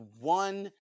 one